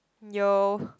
yo